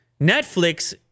Netflix